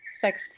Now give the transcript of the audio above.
sex